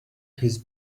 his